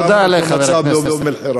כך גם המצב באום-אלחיראן.